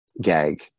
gag